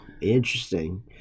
Interesting